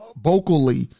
vocally